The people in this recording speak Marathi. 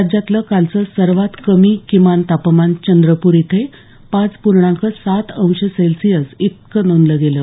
राज्यातलं कालचं सर्वात कमी किमान तापमान चंद्रपूर इथेपाच पूर्णांक सात अंश सेल्शियस इतकं नोंदलं गेलं